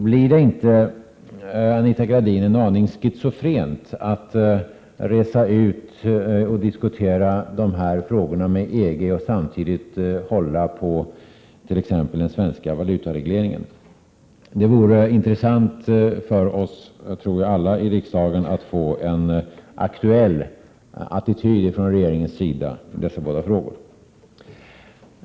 Blir det inte, Anita Gradin, en aning schizofrent att resa ut och diskutera dessa frågor med EG och samtidigt hålla på t.ex. den svenska valutaregleringen? Jag tror att alla i riksdagen är intresserade av att få veta regeringens aktuella attityder i dessa båda frågor.